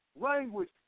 language